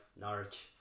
Norwich